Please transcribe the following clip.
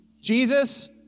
Jesus